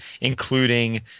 including